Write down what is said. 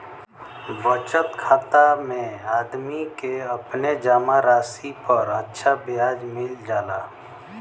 बचत खाता में आदमी के अपने जमा राशि पर अच्छा ब्याज मिल जाला